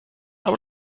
aber